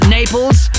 Naples